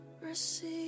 Receive